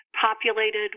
populated